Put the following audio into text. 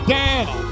down